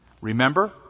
Remember